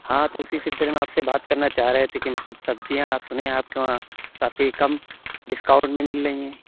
ہاں تو اُسی سلسلے میں آپ سے بات کرنا چاہ رہے تھے کہ مطلب سبزیاں سُنے ہیں آپ کے وہاں کافی کم ڈسکاونٹ میں مل رہی ہیں